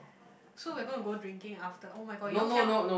so we're gonna go drinking after [oh]-my-god you all cannot